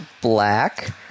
Black